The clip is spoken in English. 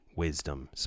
wisdom